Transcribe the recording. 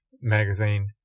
magazine